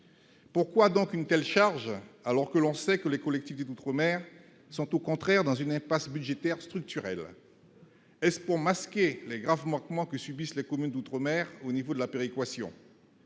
pourquoi donc une telle charge alors que l'on sait que les collectifs d'outre-mer sont au contraire dans une impasse budgétaire structurel pour masquer les graves manquements que subissent les communes d'outre-mer, au niveau de la péréquation.